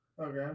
Okay